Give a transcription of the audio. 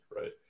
right